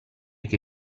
che